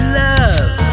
love